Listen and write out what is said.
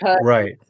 Right